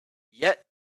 yet